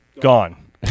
gone